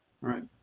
Right